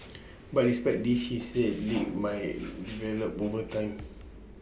but despite this he said leaks might develop over time